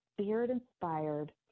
spirit-inspired